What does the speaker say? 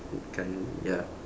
colour ya